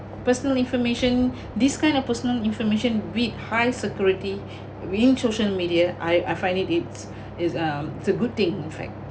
personal information this kind of personal information with high security within social media I I find it it's is um it's a good thing in fact